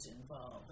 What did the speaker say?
involved